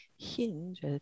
hinge